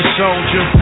soldier